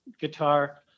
guitar